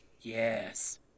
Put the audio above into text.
Yes